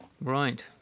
Right